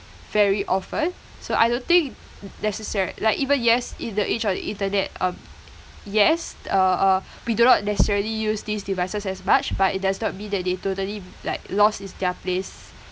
very often so I will think necessary like even yes in the age of the internet um yes uh uh we do not necessarily use these devices as much but it does not mean that they totally like lost its their place